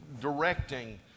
directing